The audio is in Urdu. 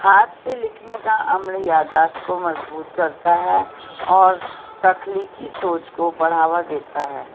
ہاتھ سے لکھنے کا عمل یادداشت کو مضبوط کرتا ہے اور تخلیقی سوچ کو بڑھاوا دیتا ہے